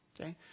Okay